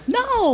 no